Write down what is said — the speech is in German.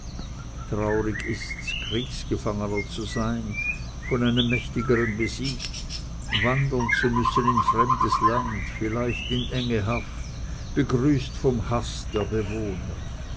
traurig ist's kriegsgefangener zu sein von einem mächtigern besiegt wandern zu müssen in fremdes land vielleicht in enge haft begrüßt vom haß der bewohner